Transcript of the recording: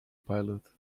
pilot